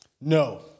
No